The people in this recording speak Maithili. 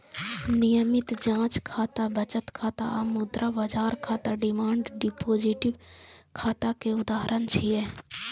नियमित जांच खाता, बचत खाता आ मुद्रा बाजार खाता डिमांड डिपोजिट खाता के उदाहरण छियै